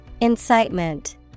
Incitement